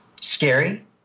scary